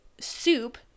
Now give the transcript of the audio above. soup